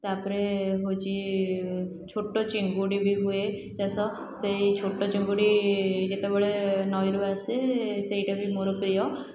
ତା'ପରେ ହେଉଛି ଛୋଟ ଚିଙ୍ଗୁଡ଼ି ବି ହୁଏ ଚାଷ ସେଇ ଛୋଟ ଚିଙ୍ଗୁଡ଼ି ଯେତେବେଳେ ନଈରୁ ଆସେ ସେଇଟା ବି ମୋର ପ୍ରିୟ